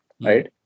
Right